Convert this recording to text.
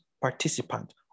participant